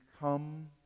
come